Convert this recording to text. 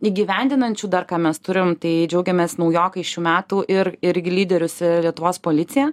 įgyvendinančių dar ką mes turim tai džiaugiamės naujokai šių metų ir irgi lyderius lietuvos policija